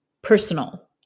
personal